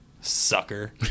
sucker